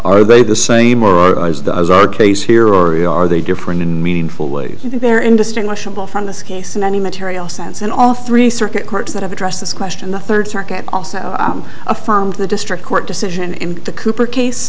as the as our case here or are they different in meaningful ways you think they're indistinguishable from this case in any material sense and all three circuit courts that have addressed this question the third circuit also affirmed the district court decision in the cooper case